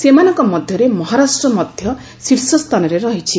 ସେମାନଙ୍କ ମଧ୍ୟରେ ମହାରାଷ୍ଟ୍ର ମଧ୍ୟ ଶୀର୍ଷସ୍ଥାନରେ ରହିଛି